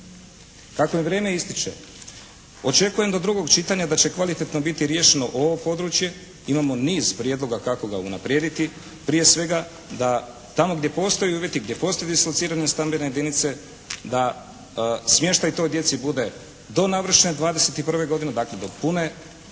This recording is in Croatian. Kako mi vrijeme ističe, očekujem do drugog čitanja da će kvalitetno biti riješeno ovo područje, imamo niz prijedloga kako ga unaprijediti. Prije svega da tamo gdje postoje uvjeti, gdje postoje dislocirane stambene jedinice da smještaj toj djeci bude do navršene 21. godine, dakle do pune,